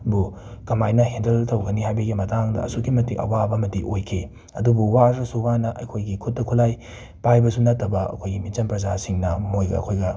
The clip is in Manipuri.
ꯕꯨ ꯀꯃꯥꯏꯅ ꯍꯦꯟꯗꯜ ꯇꯧꯒꯅꯤ ꯍꯥꯏꯕꯒꯤ ꯃꯇꯥꯡꯗ ꯑꯁꯨꯛꯀꯤ ꯃꯇꯤꯛ ꯑꯋꯥꯕ ꯑꯃꯗꯤ ꯑꯣꯏꯈꯤ ꯑꯗꯨꯕꯨ ꯋꯥꯔꯁꯨ ꯋꯥꯅ ꯑꯩꯈꯣꯏꯒꯤ ꯈꯨꯠꯇ ꯈꯨꯠꯂꯥꯏ ꯄꯥꯏꯕꯁꯨ ꯅꯠꯇꯕ ꯑꯩꯈꯣꯏꯒꯤ ꯃꯤꯆꯝ ꯄ꯭ꯔꯖꯥꯁꯤꯡꯅ ꯃꯣꯏꯒ ꯑꯩꯈꯣꯏꯒ